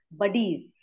buddies